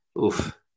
oof